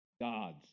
God's